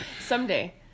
someday